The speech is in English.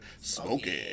Smoking